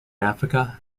africa